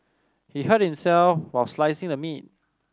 he hurt himself while slicing the meat